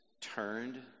turned